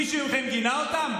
מישהו מכם גינה אותם?